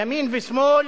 ימין ושמאל,